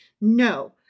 no